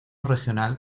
regional